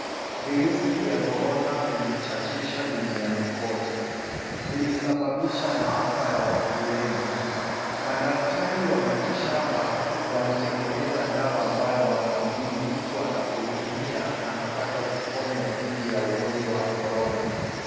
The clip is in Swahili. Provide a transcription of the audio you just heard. Virusi vya Korona vilichachisha duniani kote. Vilisababisha maafa ya watu wengi. Madaktari wa miti shamba walitengeneza dawa ambayo wanaamini mtu anapoitumia anapata kuponywa dhidi ya ugonjwa wa Korona.